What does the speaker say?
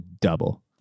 double